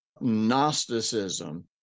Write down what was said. Gnosticism